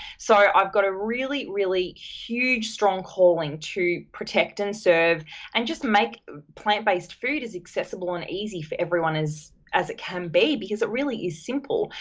so, i've got a really, really huge strong calling to protect and serve and just make plant based food as accessible and easy for everyone as it can be because it really is simple.